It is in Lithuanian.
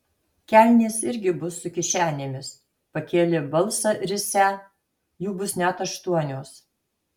kelnės irgi bus su kišenėmis pakėlė balsą risią jų bus net aštuonios